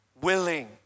willing